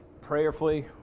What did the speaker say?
Prayerfully